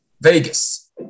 Vegas